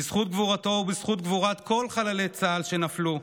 בזכות גבורתו ובזכות גבורת כל חיילי צה"ל שנפלו,